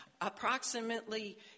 approximately